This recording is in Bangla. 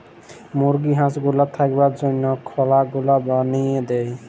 মুরগি হাঁস গুলার থাকবার জনহ খলা গুলা বলিয়ে দেয়